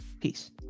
Peace